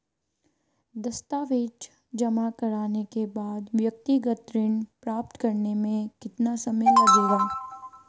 दस्तावेज़ जमा करने के बाद व्यक्तिगत ऋण प्राप्त करने में कितना समय लगेगा?